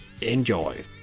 Enjoy